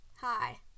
Hi